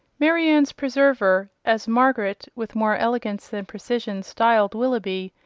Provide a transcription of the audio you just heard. marianne's preserver, as margaret, with more elegance than precision, styled willoughby,